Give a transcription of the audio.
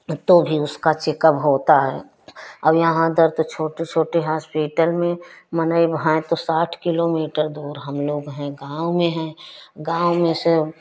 तो भी उसका चेकब होता है अब यहाँ दर्द छोटे छोटे हॉस्पिटल में मनेय हैं त साठ किलोमीटर दूर हम लोग हैं गाँव में हैं गाँव में से